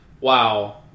wow